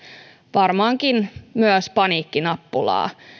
varmaankin myös paniikkinappulaa